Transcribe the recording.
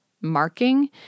marking